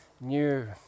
new